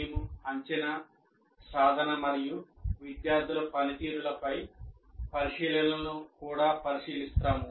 మేము అంచనా సాధన మరియు విద్యార్థుల పనితీరుపై పరిశీలనలను కూడా పరిశీలిస్తాము